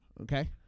Okay